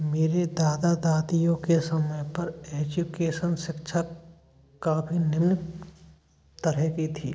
मेरे दादा दादियों के समय पर एजुकेसन शिक्षा काफ़ी निम्न तरह की थी